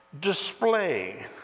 Display